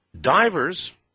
Divers